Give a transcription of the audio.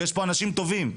ויש פה אנשים טובים.